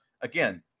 again